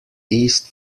east